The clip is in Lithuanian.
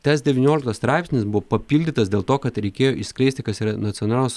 tas devynioliktas straipsnis buvo papildytas dėl to kad reikėjo išskleisti kas yra nacionals